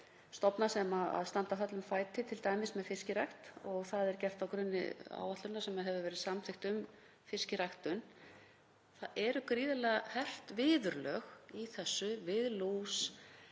stofna sem standa höllum fæti, t.d. með fiskirækt, og það er gert á grunni áætlunar sem hefur verið samþykkt um fisk í ræktun. Það eru gríðarlega hert viðurlög í þessu við lús